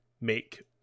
make